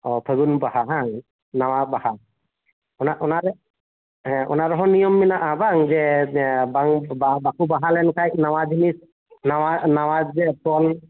ᱚ ᱯᱷᱟᱹᱜᱩᱱ ᱵᱚᱸᱜᱟ ᱦᱮᱸᱵᱟᱝ ᱱᱟᱣᱟ ᱵᱟᱦᱟ ᱚᱱᱟ ᱚᱱᱟᱨᱮ ᱦᱮᱸ ᱚᱱᱟᱨᱮᱦᱚᱸ ᱱᱤᱭᱚᱢ ᱢᱮᱱᱟᱜᱼᱟ ᱵᱟᱝ ᱡᱮ ᱦᱮᱸ ᱵᱟᱝ ᱵᱟᱠᱚ ᱵᱟᱦᱟ ᱞᱮᱱᱠᱷᱟᱱ ᱱᱟᱣᱟ ᱡᱤᱱᱤᱥ ᱱᱟᱣᱟᱡᱮ ᱯᱷᱚᱞ